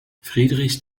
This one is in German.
friedrich